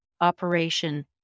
operation